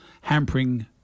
hampering